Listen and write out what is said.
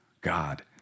God